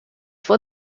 for